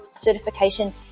certification